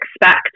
expect